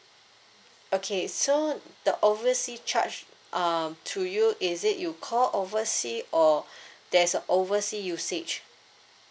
okay so the oversea charge um to you is it you call oversea or there's a oversea usage